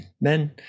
men